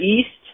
East